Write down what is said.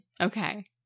Okay